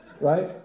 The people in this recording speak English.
right